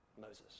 Moses